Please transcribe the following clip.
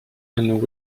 and